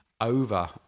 over